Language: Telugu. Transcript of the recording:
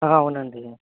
అవునండి